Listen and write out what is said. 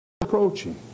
approaching